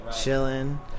Chilling